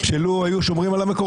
שישפטו את עצמם,